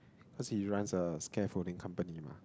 cause he runs a scaffolding company